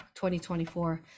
2024